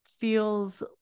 feels